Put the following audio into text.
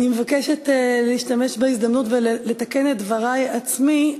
אני מבקשת להשתמש בהזדמנות ולתקן את דברי עצמי.